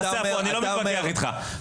אני לא מתווכח איתך.